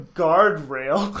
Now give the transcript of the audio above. guardrail